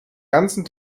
ganzen